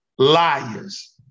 Liars